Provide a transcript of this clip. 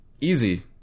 easy